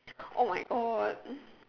oh-my-god